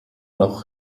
noch